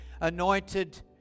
anointed